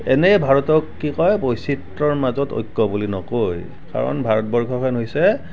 এনেই ভাৰতক কি কয় বৈচিত্ৰৰ মাজত ঐক্য বুলি নকয় কাৰণ ভাৰতবৰ্ষখন হৈছে